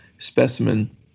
Specimen